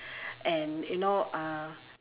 and you know uh